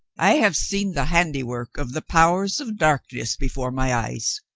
i have seen the handiwork of the powers of darkness before my eyes.